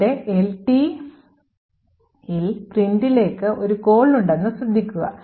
ഇവിടെ LT ൽ printf ലേക്ക് ഒരു കോൾ ഉണ്ടെന്ന് ശ്രദ്ധിക്കുക